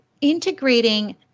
integrating